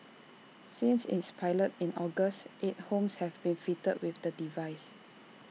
since its pilot in August eight homes have been fitted with the device